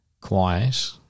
quiet